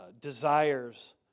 desires